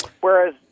Whereas